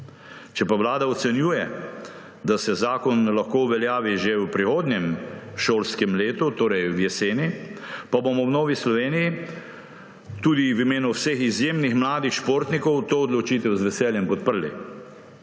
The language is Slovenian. Če pa Vlada ocenjuje, da se zakon lahko uveljavi že v prihodnjem šolskem letu, torej v jeseni, pa bomo v Novi Sloveniji tudi v imenu vseh izjemnih mladih športnikov to odločitev z veseljem podprli.